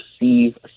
receive